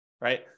right